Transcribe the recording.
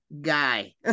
guy